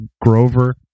Grover